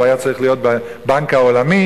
והוא היה צריך להיות בבנק העולמי,